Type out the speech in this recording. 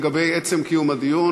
לגבי עצם קיום הדיון,